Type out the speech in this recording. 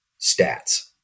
stats